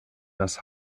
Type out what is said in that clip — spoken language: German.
das